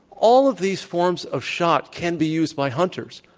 all of these forms of shot can be used by hunters,